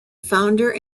founder